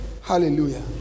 hallelujah